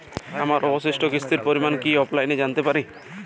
আমার অবশিষ্ট কিস্তির পরিমাণ কি অফলাইনে জানতে পারি?